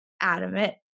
adamant